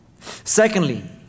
Secondly